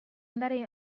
andare